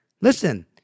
listen